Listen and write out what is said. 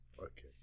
Okay